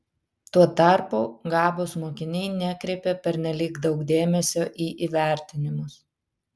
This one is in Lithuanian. tuo tarpu gabūs mokiniai nekreipia pernelyg daug dėmesio į įvertinimus